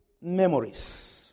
memories